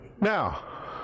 Now